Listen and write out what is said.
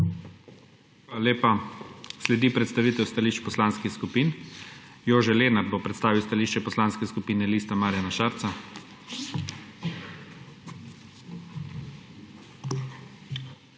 Hvala lepa. Sledi predstavitev stališč poslanskih skupin. Jože Lenart bo predstavil stališče Poslanske skupine LMŠ.